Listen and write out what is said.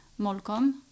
Molkom